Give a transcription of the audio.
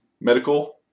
medical